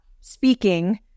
speaking